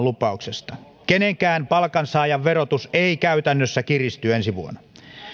lupauksesta kenenkään palkansaajan verotus ei käytännössä kiristy ensi vuonna